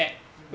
mm